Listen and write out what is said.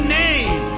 name